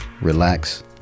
relax